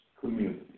community